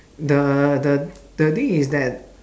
the the the thing is that